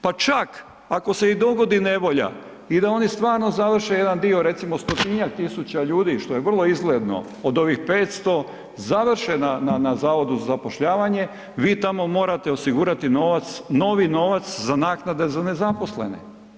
Pa čak i ako se dogodi nevolja, i da oni stvarno završe jedan dio, recimo stotinjak tisuća ljudi što je vrlo izgledno od ovih 500, završe na zavodu za zapošljavanje, vi tamo morate osigurati novac, novi novac za naknade za nezaposlene.